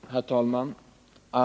Herr talman!